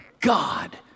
God